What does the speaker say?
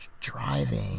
driving